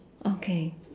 okay